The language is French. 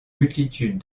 multitude